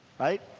right?